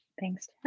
Thanks